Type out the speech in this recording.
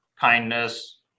kindness